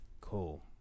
Cool